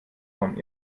vom